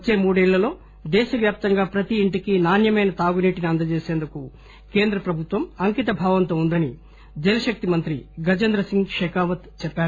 వచ్చే మూడేళ్ళలో దేశవ్యాప్తంగా ప్రతి ఇంటికీ నాణ్యమైన తాగునీటిని అందజేసేందుకు కేంద్ర ప్రభుత్వం అంకితభావంతో ఉందని జలశక్తి మంత్రి గజేంద్ర సింగ్ షెకావత్ చెప్పారు